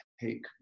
take